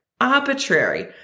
arbitrary